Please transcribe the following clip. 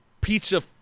pizza